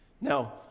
Now